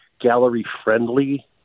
gallery-friendly